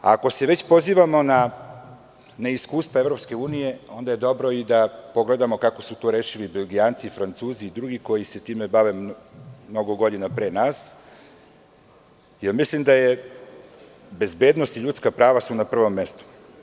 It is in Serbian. Ako se već pozivamo na iskustva EU, onda je dobro i da pogledamo kako su to rešili Belgijanci, Francuzi i drugi koji se time bave mnogo godina pre nas, jer mislim da su bezbednost i ljudska prava na prvom mestu.